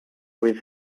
with